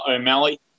O'Malley